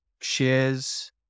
shares